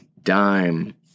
dime